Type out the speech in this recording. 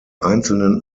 einzelnen